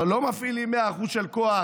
אבל לא מפעילים 100% כוח,